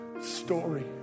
story